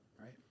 right